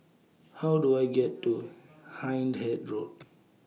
How Do I get to Hindhede Road